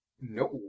No